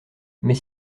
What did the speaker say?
mais